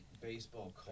baseball